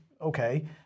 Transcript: Okay